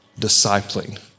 discipling